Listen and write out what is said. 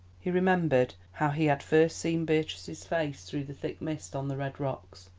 he remembered how he had first seen beatrice's face through the thick mist on the red rocks,